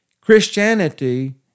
Christianity